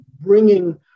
bringing